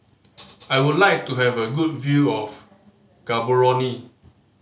I would like to have a good view of Gaborone